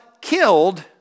killed